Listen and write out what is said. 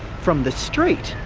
from the street,